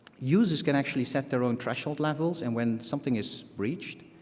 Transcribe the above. users can actually set their own threshold levels. and when something is reached,